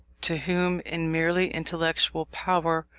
to whom, in merely intellectual power,